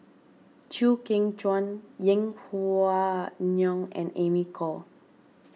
Chew Kheng Chuan Yeng Pway Ngon and Amy Khor